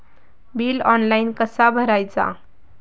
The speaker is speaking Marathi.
बिल ऑनलाइन कसा भरायचा?